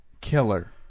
killer